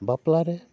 ᱵᱟᱯᱞᱟ ᱨᱮ